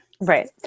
Right